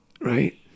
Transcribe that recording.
Right